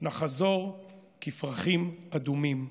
נחזור כפרחים אדומים."